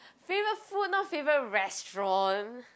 favourite food not favourite restaurant